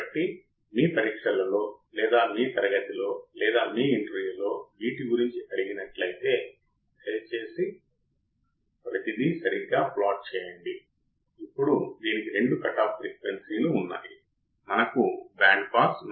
కాబట్టి నేను అవకలన యాంప్లిఫైయర్ ఉపయోగిస్తే ట్రాన్సిస్టర్ ఒకటి ఉందని మరియు ట్రాన్సిస్టర్ 2 ఉందని మీరు చూస్తారు